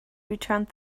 returned